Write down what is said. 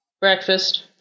Breakfast